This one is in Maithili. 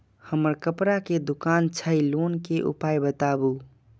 हमर कपड़ा के दुकान छै लोन के उपाय बताबू?